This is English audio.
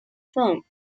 firm